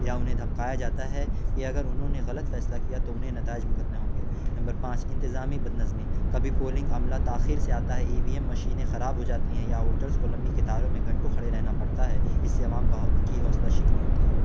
یا انہیں دھمکایا جاتا ہے کہ اگر انہوں نے غلط فیصلہ کیا تو انہیں نتائج بھگتنے ہوں گے نمبر پانچ انتظامی بدنظمی کبھی پولنگ عملہ تاخیر سے آتا ہے ای وی ایم مشینیں خراب ہو جاتی ہیں یا ووٹرس کو لمبی قطاروں میں گھنٹوں کھڑے رہنا پڑتا ہے اس سے عوام کا کی حوصلہ شکنی ہوتی ہے